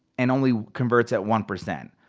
and only converts at one percent.